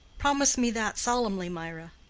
promise me that solemnly, mirah.